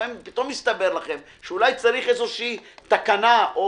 לפעמים פתאום מסתבר לכם שאולי צריך איזו תקנה או